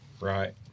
Right